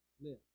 live